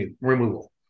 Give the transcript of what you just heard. removal